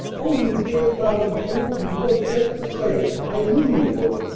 o you dear cloudy jewel! you look just the same. i knew you would.